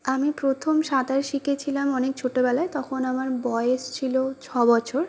আমি প্রথম সাঁতার শিখেছিলাম অনেক ছোটবেলায় তখন আমার বয়স ছিল ছ বছর